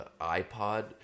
ipod